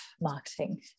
marketing